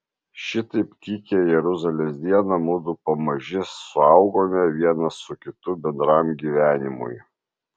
šitaip tykią jeruzalės dieną mudu pamaži suaugome vienas su kitu bendram gyvenimui